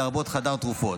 לרבות חדר תרופות.